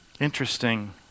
Interesting